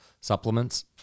Supplements